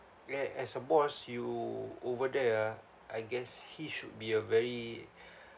ya as a boss you over there ah I guess he should be a very